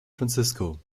francisco